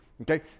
Okay